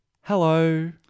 hello